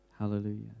Hallelujah